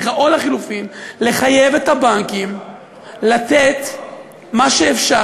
או לחלופין לחייב את הבנקים לתת מה שאפשר,